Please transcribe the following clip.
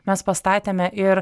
mes pastatėme ir